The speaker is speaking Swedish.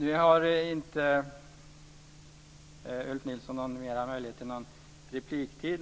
Nu har inte Ulf Nilsson någon mer möjlighet till replik.